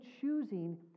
choosing